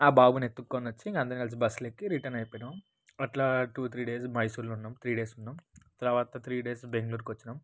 బాబుని ఎత్తుకొనొచ్చి ఇంక అందరం కలిసి బస్లో ఎక్కి రిటర్న్ అయిపోయినాం అట్లాగా టూ త్రీ డేసు మైసూర్లో ఉన్నాం త్రీ డేసు ఉన్నాం తర్వాత త్రీ డేసు బెంగుళూరుకొచ్చినాం